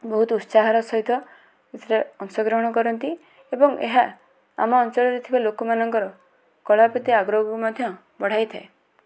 ବହୁତ ଉତ୍ସାହର ସହିତ ଏଥିରେ ଅଂଶଗ୍ରହଣ କରନ୍ତି ଏବଂ ଏହା ଆମ ଅଞ୍ଚଳରେ ଥିବା ଲୋକମାନଙ୍କର କଳା ପ୍ରତି ଆଗ୍ରହକୁ ମଧ୍ୟ ବଢ଼ାଇଥାଏ